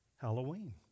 Halloween